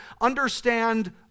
understand